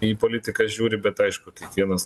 į politiką žiūri bet aišku kiekvienas